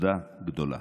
תודה גדולה.